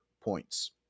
points